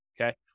okay